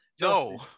no